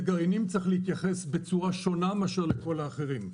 לגרעינים צריך להתייחס בצורה שונה מאשר לכל האחרים.